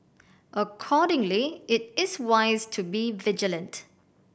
accordingly it is wise to be vigilant